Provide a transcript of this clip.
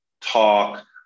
talk